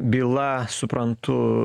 byla suprantu